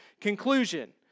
conclusion